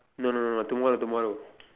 no no no no tomorrow tomorrow